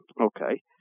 Okay